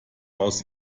aus